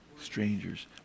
Strangers